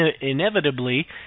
inevitably